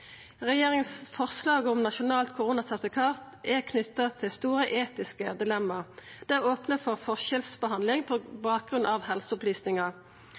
Regjeringas forslag om nasjonalt koronasertifikat er knytt til store etiske dilemma. Det opnar for forskjellsbehandling på bakgrunn av helseopplysningar.